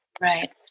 Right